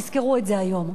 תזכרו את זה היום.